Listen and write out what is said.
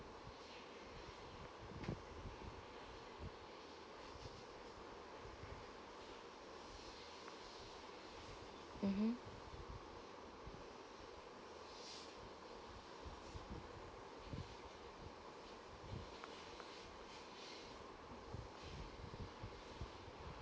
mmhmm